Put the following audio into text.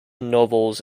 novels